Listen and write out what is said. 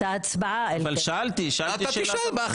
שאלתי שאלה.